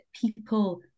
people